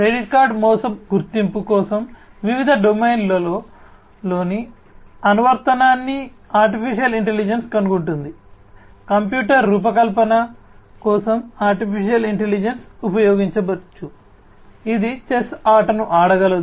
credit card మోసం గుర్తింపు కోసం వివిధ డొమైన్లలోని అనువర్తనాన్ని AI కనుగొంటుంది కంప్యూటర్ రూపకల్పన కోసం AI ఉపయోగించబడవచ్చు ఇది చెస్ ఆటను ఆడగలదు